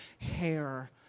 hair